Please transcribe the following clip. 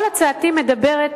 כל הצעתי מדברת,